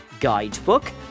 guidebook